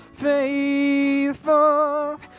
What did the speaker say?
Faithful